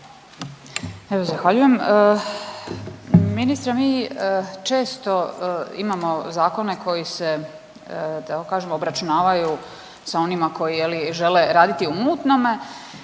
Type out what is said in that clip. Evo, zahvaljujem. Ministre mi često imamo zakone koji se da tako kažem obračunavaju sa onima koji je li žele raditi u mutnome